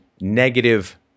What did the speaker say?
negative